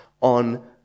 on